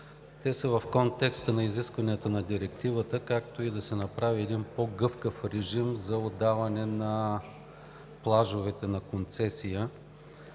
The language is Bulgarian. Те са в контекста на изискванията на Директивата, както и да се направи един по-гъвкав режим за отдаване на плажовете на концесия.